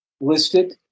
listed